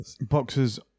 boxers